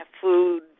food